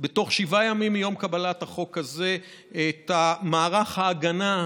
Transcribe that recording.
בתוך שבעה ימים מיום קבלת החוק הזה את מערך ההגנה,